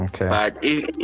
Okay